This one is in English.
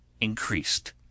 increased